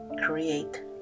Create